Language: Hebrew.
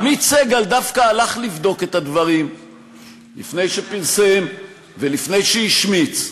עמית סגל דווקא הלך לבדוק את הדברים לפני שפרסם ולפני שהשמיץ,